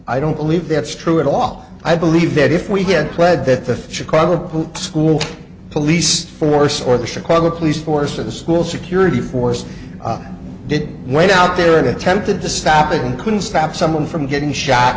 i don't believe that's true at all i believe that if we had pled that the chicago who school police force or the chicago police force or the school security force did went out there and attempted to stop it and couldn't stop someone from getting shot